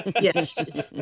yes